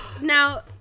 Now